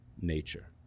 nature